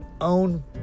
own